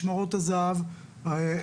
משמרות הזה"ב,